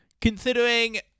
Considering